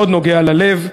מאוד נוגע ללב,